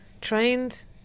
trained